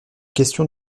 question